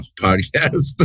podcast